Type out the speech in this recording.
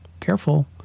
careful